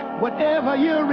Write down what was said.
whatever you're